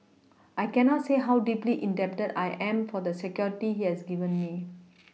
I cannot say how deeply indebted I am for the security he has given me